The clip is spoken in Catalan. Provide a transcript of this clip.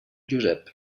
josep